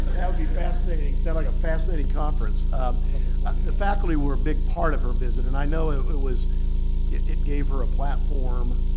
be fascinating. sounds like a fascinating conference. um the faculty were a big part of her visit, and i know it was it it gave her a platform